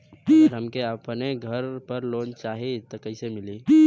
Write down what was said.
अगर हमके अपने घर पर लोंन चाहीत कईसे मिली?